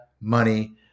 money